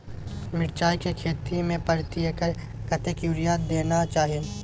मिर्चाय के खेती में प्रति एकर कतेक यूरिया देना चाही?